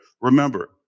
remember